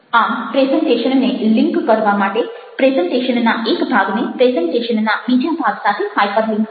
આમ પ્રેઝન્ટેશનને લિન્ક કરવા માટે પ્રેઝન્ટેશનના એક ભાગને પ્રેઝન્ટેશનના બીજા ભાગ સાથે હાઇપર લિન્ક કરવું